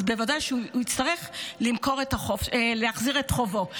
בוודאי שהוא יצטרך להחזיר את חובו.